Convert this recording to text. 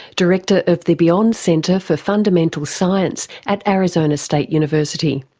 director of the beyond center for fundamental science at arizona state university.